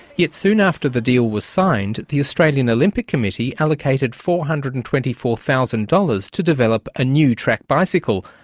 yet soon after the deal was signed, the australian olympic committee allocated four hundred and twenty four thousand dollars to develop a new track bicycle,